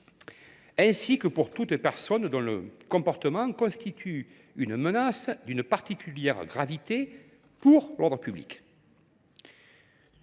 ainsi qu’à toute personne « dont le comportement constitue une menace d’une particulière gravité pour l’ordre public ».